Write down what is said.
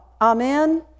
Amen